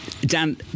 dan